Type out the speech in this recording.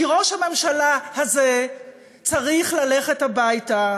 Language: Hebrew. כי ראש הממשלה הזה צריך ללכת הביתה,